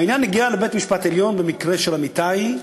העניין הגיע לבית-המשפט העליון במקרה של אמיתי,